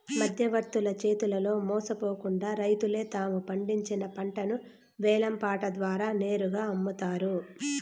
మధ్యవర్తుల చేతిలో మోసపోకుండా రైతులే తాము పండించిన పంటను వేలం పాట ద్వారా నేరుగా అమ్ముతారు